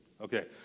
Okay